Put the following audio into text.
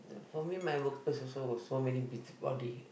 for me my workplace also were so many busybody